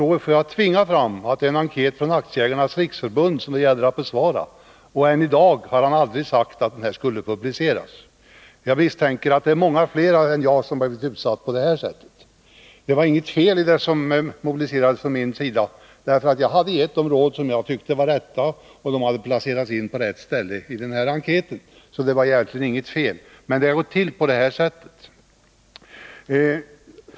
Då tvingades det fram att det var en enkät från Aktiespararnas riksförbund som det gällde att besvara. Än i dag har han aldrig sagt att det skulle publiceras. Jag misstänker att många fler än jag har blivit utsatta på det här sättet. Det var inget fel i vad jag gjorde. Jag gav de råd som jag ansåg vara riktiga, och dessa placerades in på rätt ställe i enkäten. Det var egentligen inget fel, alltså. Men det går tydligen till på det här sättet.